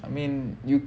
I mean you